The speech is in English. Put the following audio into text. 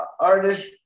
artist